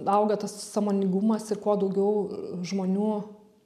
auga tas sąmoningumas ir kuo daugiau žmonių